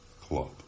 club